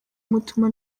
mutuma